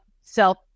self